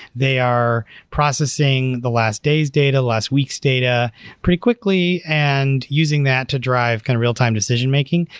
they are processing the last day's data, last week's data pretty quickly and using that to drive kind of real-time decision making.